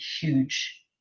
huge